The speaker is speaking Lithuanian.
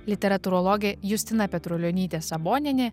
literatūrologė justina petrulionytė sabonienė